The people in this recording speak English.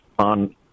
on